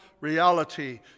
reality